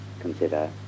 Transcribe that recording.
consider